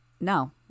No